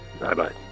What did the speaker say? Bye-bye